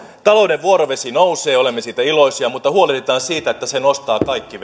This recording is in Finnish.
talouden vuorovesi nousee ja olemme siitä iloisia mutta huolehditaan siitä että se nostaa kaikki